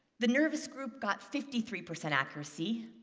the nervous group got fifty three percent accuracy,